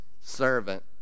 servant